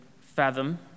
fathom